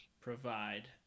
provide